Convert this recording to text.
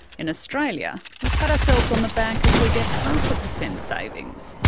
in australia, we pat ourselves on the back if we get half a per cent savings.